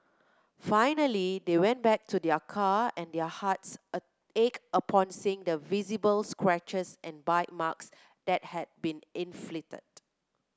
finally they went back to their car and their hearts ached upon seeing the visible scratches and bite marks that had been inflicted